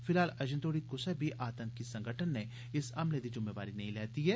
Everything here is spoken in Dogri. फिलहाल अर्जे तोड़ी क्सै बी आतंकी संगठन नै इस हमले दी ज्म्मेवारी नेई लैती ऐ